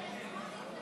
להלן